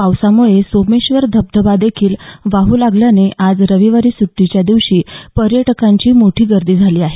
पावसामुळे सोमेश्वर धबधबादेखील वाहू लागल्याने आज रविवारी सुटीच्या दिवशी पर्यटकांची मोठी गर्दी झाली आहे